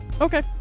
Okay